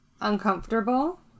uncomfortable